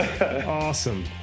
Awesome